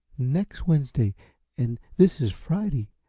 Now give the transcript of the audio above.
next wednesday and this is friday.